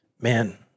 man